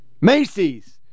Macy's